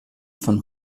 von